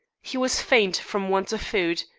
he was faint from want of food.